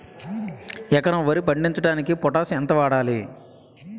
ఎకరం వరి పండించటానికి పొటాష్ ఎంత వాడాలి?